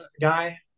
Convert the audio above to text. guy